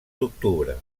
d’octubre